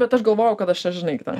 bet aš galvoju kad aš čia žinai ten